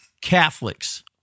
Catholics